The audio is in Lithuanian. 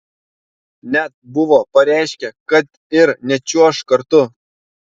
net buvo pareiškę kad ir nečiuoš kartu